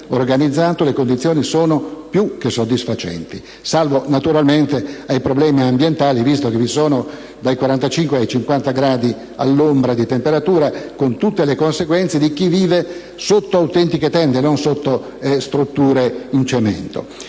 organizzato le condizioni sono più che soddisfacenti, salvo naturalmente i problemi ambientali, visto che ci sono dai 45 ai 50 gradi all'ombra di temperatura, con tutte le conseguenze per chi vive sotto autentiche tende, non sotto strutture in cemento.